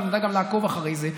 נדע גם לעקוב אחרי זה.